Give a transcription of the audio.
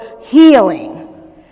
healing